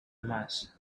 mass